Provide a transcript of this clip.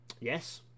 Yes